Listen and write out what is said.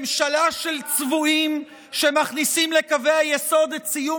ממשלה של צבועים שמכניסים לקווי היסוד את סיום